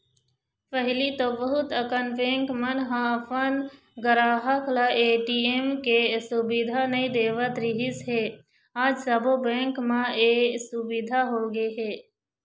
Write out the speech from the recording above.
पहिली तो बहुत अकन बेंक मन ह अपन गराहक ल ए.टी.एम के सुबिधा नइ देवत रिहिस हे आज सबो बेंक म ए सुबिधा होगे हे